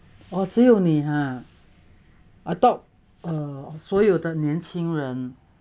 哦只有你 ha I thought 所有的年轻人